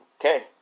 okay